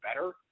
better